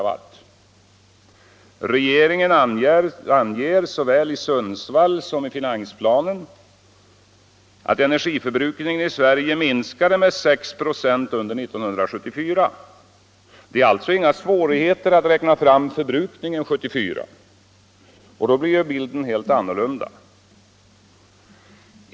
Såväl i debatten i Sundsvall som i finansplanen har regeringen talat om att energiförbrukningen i Sverige minskade med 6 96 under 1974. Det är alltså inga svårigheter att räkna fram förbrukningen för 1974, och då blir bilden helt annorlunda.